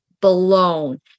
blown